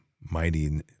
mighty